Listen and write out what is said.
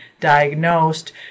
diagnosed